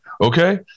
Okay